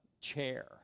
chair